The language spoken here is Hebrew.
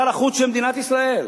שר החוץ של מדינת ישראל.